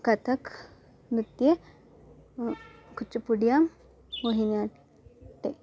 कथक् नृत्ये कुच्चुपुड्यां मोहिनि अट्टे